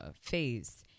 phase